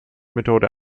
methode